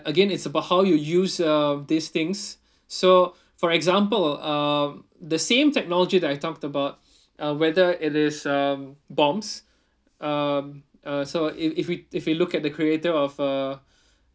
again it's about how you use uh these things so for example um the same technology that I talked about uh whether it is um bombs um uh so if if we if we look at the creator of uh